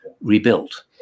rebuilt